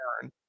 turn